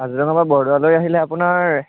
কাজিৰঙাৰ পৰা বৰদোৱালৈ আহিলে আপোনাৰ